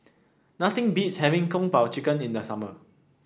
nothing beats having Kung Po Chicken in the summer